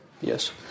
Yes